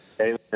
Amen